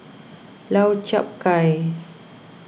Lau Chiap Khai